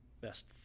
best